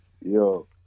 Yo